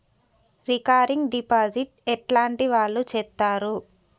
Recurring deposit ఎట్లాంటి వాళ్లు చేత్తరు?